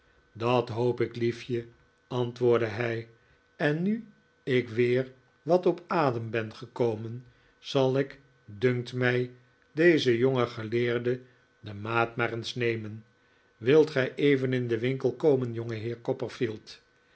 dat hoop ik liefje antwoordde hij en nu ik weer wat op adem ben gekomen zal ik dunkt mij dezen jongen geleerde de maat maar eens nemen wilt gij even in den winkel komen